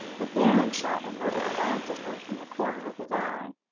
the baron shot a nervous glance at her from the corner of his eye.